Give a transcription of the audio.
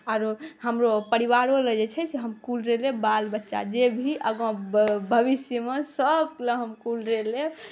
आओर हमरो परिवारोलए जे छै से हम कूलरे लेब बालबच्चा जेभी आगाँ भविष्यमे सबलए हम कूलरे लेब